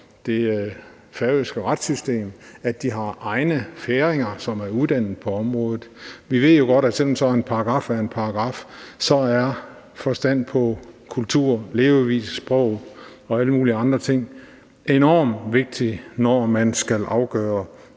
det færøske retssystem, at de har egne færinger, som er uddannet på området. Vi ved jo godt, at selv om sådan en paragraf er en paragraf, så er forstand på kultur, levevis, sprog og alle mulige andre ting enormt vigtigt, når man skal afgøre